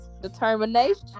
Determination